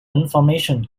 information